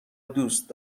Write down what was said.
دوست